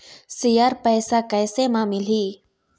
Share पैसा कैसे म मिलही?